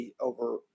over